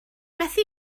methu